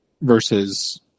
Versus